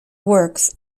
works